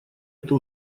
это